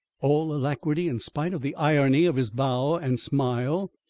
all alacrity, in spite of the irony of his bow and smile,